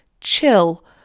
chill